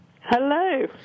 Hello